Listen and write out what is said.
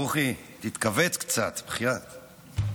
ברוכי, תתכווץ קצת, זה